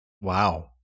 Wow